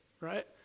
right